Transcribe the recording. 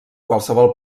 qualsevol